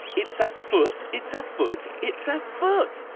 it's a foot. it's a foot. it's a foot.